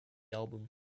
album